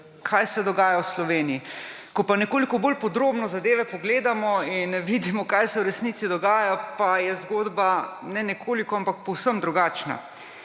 kaj se dogaja v Sloveniji? Ko pa nekoliko bolj podrobno zadeve pogledamo in vidimo, kaj se v resnici dogaja, pa je zgodba – ne nekoliko –, ampak povsem drugačna.